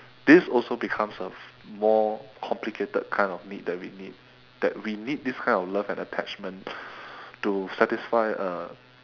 this also becomes a more complicated kind of need that we need that we need this kind of love and attachment to satisfy uh